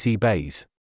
bayes